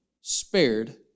spared